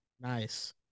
nice